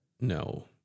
no